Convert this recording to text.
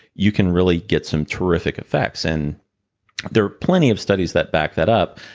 you can really get some terrific effects and there are plenty of studies that back that up.